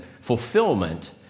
fulfillment